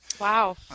Wow